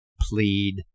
plead